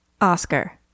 Oscar